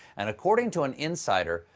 and according to an insider,